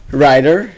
writer